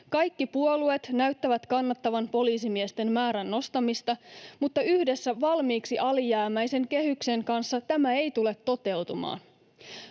Kaikki puolueet näyttävät kannattavan poliisimiesten määrän nostamista, mutta yhdessä valmiiksi alijäämäisen kehyksen kanssa tämä ei tule toteutumaan.